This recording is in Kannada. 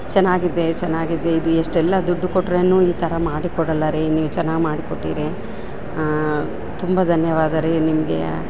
ಚೆನ್ನಾಗಿದೆ ಚೆನ್ನಾಗಿದೆ ಇದು ಎಷ್ಟೆಲ್ಲ ದುಡ್ಡು ಕೊಟ್ರೇನು ಈ ಥರ ಮಾಡಿ ಕೊಡಲ್ಲ ರಿ ನೀವು ಚೆನ್ನಾಗ್ ಮಾಡಿ ಕೊಟ್ಟಿರಿ ತುಂಬ ಧನ್ಯವಾದ ರಿ ನಿಮಗೆ